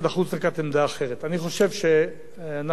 אני חושב שאנחנו צריכים לבדוק גם היום